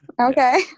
Okay